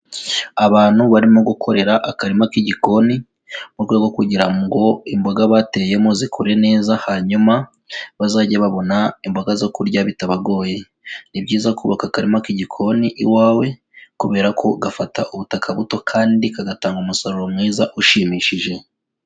Abantu barimo gukorera akarima k'igikoni mu rwego kugira ngo imboga bateyemo zikure neza hanyuma bazajye babona imboga zo kurya bitabagoye. Ni byiza kubaka akarima k'igikoni iwawe kubera ko gafata ubutaka buto kandi kagatanga umusaruro mwiza ushimishije.